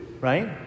right